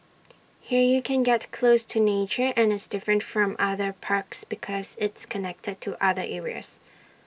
here you can get close to nature and it's different from other parks because it's connected to other areas